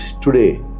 today